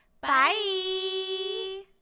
Bye